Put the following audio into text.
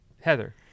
heather